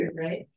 right